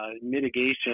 mitigation